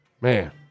Man